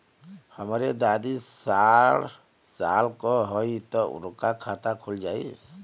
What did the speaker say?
हमरे दादी साढ़ साल क हइ त उनकर खाता खुल जाई?